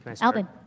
Alvin